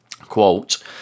quote